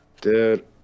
dude